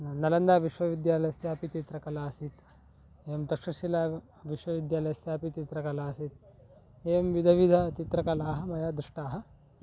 नलन्दाविश्वविद्यालयस्यापि चित्रकला आसीत् एवं तक्षशिला विश्वविद्यालयस्यापि चित्रकला आसीत् एवं विधविधचित्रकलाः मया दृष्टाः